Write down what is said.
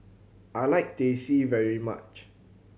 I like Teh C very much